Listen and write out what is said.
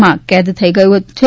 માં કેદ થઈ ગયાં છે